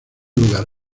lugar